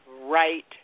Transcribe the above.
right